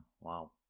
wow